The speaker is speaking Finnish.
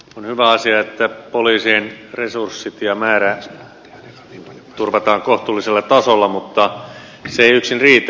on hyvä asia että poliisien resurssit ja määrä turvataan kohtuullisella tasolla mutta se ei yksin riitä